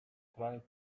trying